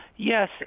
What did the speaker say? Yes